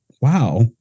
Wow